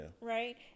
Right